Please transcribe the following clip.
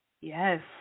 Yes